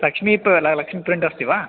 लक्ष्मी प् ल लक्ष्मी प्रिण्ट् अस्ति वा